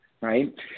Right